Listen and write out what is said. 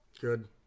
good